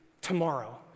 tomorrow